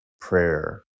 prayer